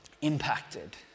impacted